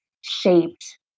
shaped